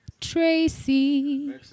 Tracy